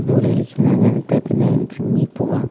football കളിക്കുന്നത് അങ്ങനെത്തെ പിന്നെ ജിമ്മീൽ പോവാം